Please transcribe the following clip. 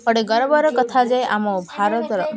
ଗୋଟେ ଗରବର କଥା ଯେ ଆମ ଭାରତର